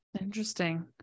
Interesting